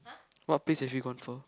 what plays have you gone for